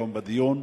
היום בדיון.